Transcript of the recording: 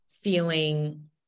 feeling